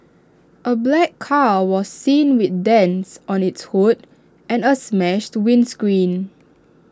A black car was seen with dents on its hood and A smashed windscreen